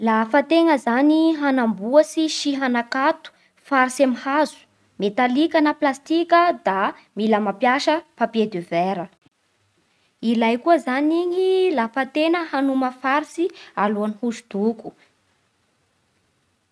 Lafa tegna zany hanamboasy sy hankato farisy amy hazo metalika na plastika da mila mampiasa papier de verre. Ila koa zany iny lafa tegna hanoma farisy alohan'ny hoso-doko.